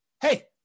hey